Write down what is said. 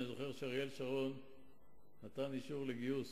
אני זוכר שאריאל שרון נתן אישור לגיוס